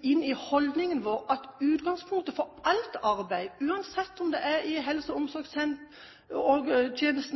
inn i holdningen vår at utgangspunktet for alt arbeid, uansett om det er i helse- og omsorgstjenesten